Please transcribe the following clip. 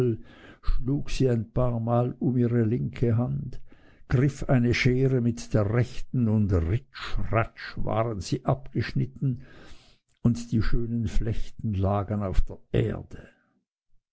schlug sie ein paarmal um ihre linke hand griff eine schere mit der rechten und ritsch ratsch waren sie abgeschnitten und die schönen flechten lagen auf der erde